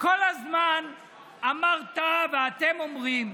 כל הזמן אמרת ואתם אומרים: